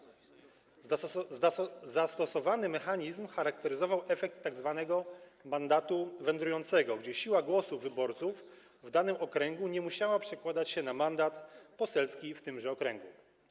Zastosowany mechanizm charakteryzował efekt tzw. mandatu wędrującego, gdzie siła głosu wyborców w danym okręgu nie musiała przekładać się na mandat poselski w tymże okręgu.